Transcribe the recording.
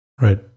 right